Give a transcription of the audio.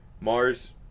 Mars